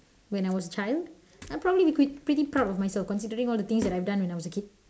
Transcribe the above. when I was a child I'll probably be pret~ pretty proud of myself considering all the things I've done when I was a kid